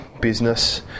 business